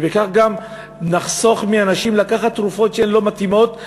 ובכך גם נחסוך מאנשים לקחת תרופות שהן לא מתאימות,